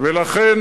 לכן,